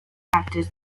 factors